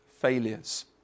failures